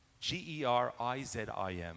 G-E-R-I-Z-I-M